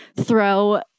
throw